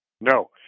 No